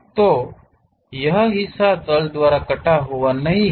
तो यह हिस्सा तल द्वारा कटा हुआ नहीं है